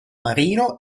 marino